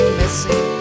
missing